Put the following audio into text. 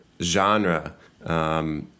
genre